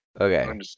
Okay